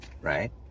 right